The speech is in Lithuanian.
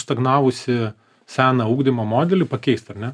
stagnavusį seną ugdymo modelį pakeist ar ne